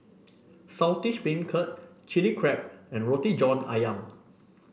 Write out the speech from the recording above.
Saltish Beancurd Chili Crab and Roti John ayam